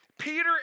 Peter